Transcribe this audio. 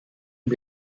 und